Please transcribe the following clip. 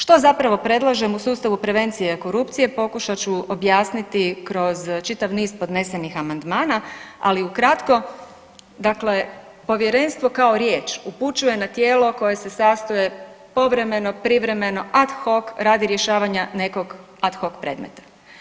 Što zapravo predlažem u sustavu prevencije korupcije pokušat ću objasniti kroz čitav niz podnesenih amandmana, ali u kratko dakle, povjerenstvo kao riječ upućuje na tijelo koje se sastaje povremeno, privremeno, ad hoc radi rješavanja nekog ad hoc predmeta.